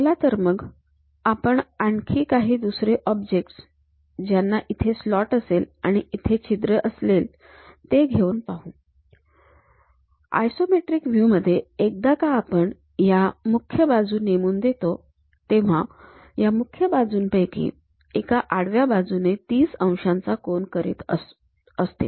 चला तर मग आपण आणखी काही दुसरे ऑब्जेक्टस ज्यांना इथे स्लॉट असेल आणि इथे छिद्र असेल ते घेऊन पाहूया आयसोमेट्रिक व्ह्यू मध्ये एकदा का आपण ह्या मुख्य बाजू नेमून देतो तेव्हा या मुख्य बाजूंपैकी एक आडव्या बाजूने ३० अंशांचा कोन करीत असते